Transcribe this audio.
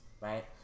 Right